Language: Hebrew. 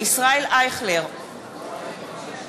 ישראל אייכלר,